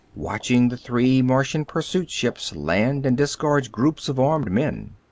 watching the three martian pursuit ships land and disgorge groups of armed men.